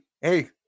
Hey